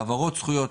העברות זכויות